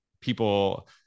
people